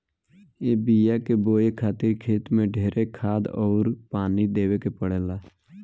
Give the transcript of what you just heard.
ए बिया के बोए खातिर खेत मे ढेरे खाद अउर पानी देवे के पड़ेला